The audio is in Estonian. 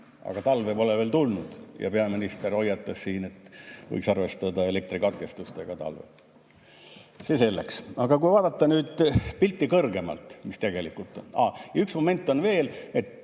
Aga talve pole veel tulnudki ja peaminister hoiatas, et talvel võiks arvestada elektrikatkestustega. See selleks. Kui vaadata pilti kõrgemalt, mis tegelikult on